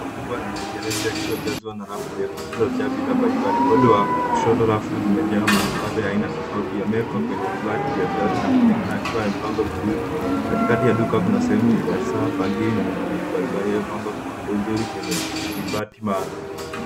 Duka kubwa la rejareja lililojazwa na rafu ndefu zilizojaa bidhaa mbalimbali. Upande wa kushoto, rafu zimejengwa. Manukato ya aina tofauti vimewekwa kwenye vibati vya gilasi na kuonekana ikiwa imepangwa vizuri. Katikati ya duka, kuna sehemu ya saa, bangili na mikufu mbalimbali iliyopangwa kwa uzuri kwenye vibati maalum.